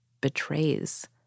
betrays